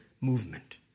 movement